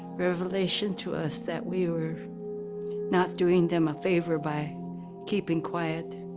revelation to us that we were not doing them a favor by keeping quiet.